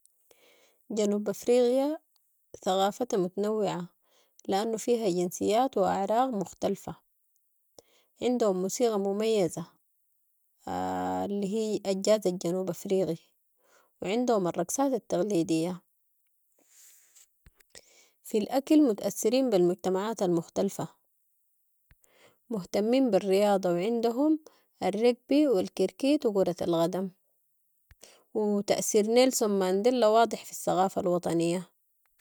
جنوب افريقيا، ثقافتها متنوعة لانو فيها جنسيات و اعراق مختلفة، عندهم موسيقى مميزة اللي هي الجاز الجنوب افريقي و عندهم الرقصات التقليدية، في ال اكل مت اثرين بالمجتمعات المختلفة. مهتمين بالرياضة و عندهم الركبي و الكريكيت و كرة القدم و ت اثير نيلسون مانديلا واضح في الثقافة الوطنية.